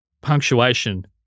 punctuation